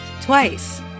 twice